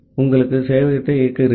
ஆகவே சேவையகம் இப்போது இயங்குகிறது